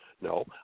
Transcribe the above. No